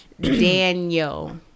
Daniel